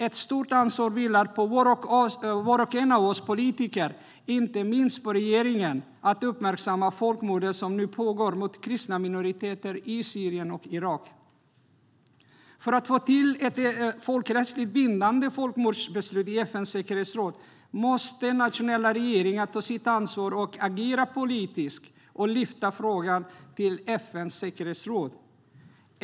Ett stort ansvar vilar på var och en av oss politiker, och inte minst på regeringen, för att uppmärksamma folkmordet som nu pågår mot kristna minoriteter i Syrien och Irak. För att få till ett folkrättsligt bindande folkmordsbeslut i FN:s säkerhetsråd måste nationella regeringar ta sitt ansvar och agera politiskt och lyfta frågan till FN:s säkerhetsråd.